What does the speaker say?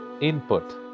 input